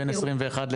בין 21 ל-22.